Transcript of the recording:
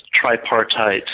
tripartite